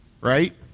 right